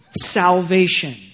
salvation